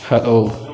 hello